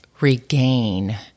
regain